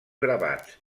gravats